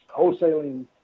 wholesaling